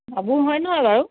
বাবু হয় নহয় বাৰু